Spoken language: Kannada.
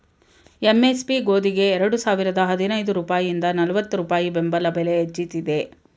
ಎಂ.ಎಸ್.ಪಿ ಗೋದಿಗೆ ಎರಡು ಸಾವಿರದ ಹದಿನೈದು ರೂಪಾಯಿಂದ ನಲ್ವತ್ತು ರೂಪಾಯಿ ಬೆಂಬಲ ಬೆಲೆ ಹೆಚ್ಚಿಸಿದೆ